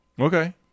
okay